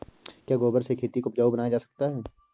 क्या गोबर से खेती को उपजाउ बनाया जा सकता है?